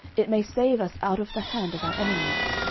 it may save us out of the hand of our enemies.